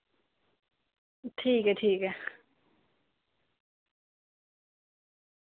ठीक ऐ ठीक ऐ